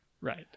Right